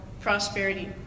prosperity